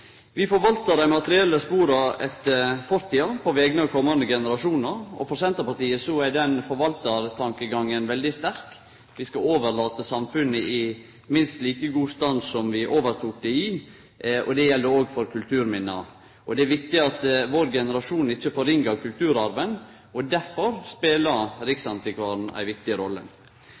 Vi forvaltar dei materielle spora etter fortida på vegner av komande generasjonar. For Senterpartiet er den forvaltartankegangen veldig sterk. Vi skal overlate samfunnet i minst like god stand som vi overtok det i. Det gjeld òg for kulturminna. Det er viktig at vår generasjon ikkje forringar kulturarven, og derfor spelar riksantikvaren ei viktig rolle.